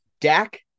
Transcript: Dak